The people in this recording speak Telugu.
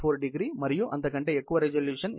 4º మరియు అంతకంటే ఎక్కువ రిజల్యూషన్ ఇస్తోంది